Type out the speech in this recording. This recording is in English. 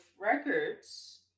records